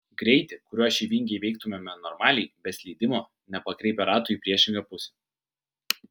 greitį kuriuo šį vingį įveiktumėme normaliai be slydimo nepakreipę ratų į priešingą pusę